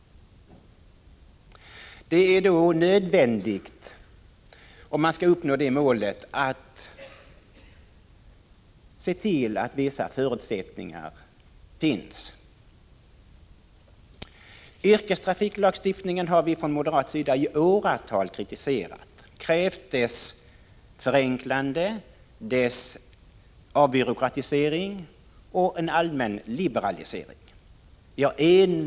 För att uppnå det målet är det då nödvändigt att se till att vissa förutsättningar finns. Yrkestrafiklagstiftningen har vi från moderat sida i åratal kritiserat. Vi har krävt dess förenklande, dess avbyråkratisering och en allmän liberalisering.